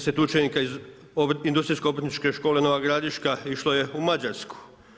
10 učenika iz Industrijsko-obrtničke škole Nova Gradiška išlo je u Mađarsku.